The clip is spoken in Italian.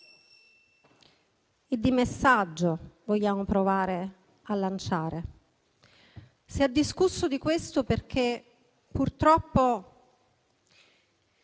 e di messaggio vogliamo provare a lanciare. Si è discusso di questo, perché purtroppo